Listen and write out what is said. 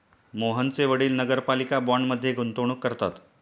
मोहनचे वडील नगरपालिका बाँडमध्ये गुंतवणूक करतात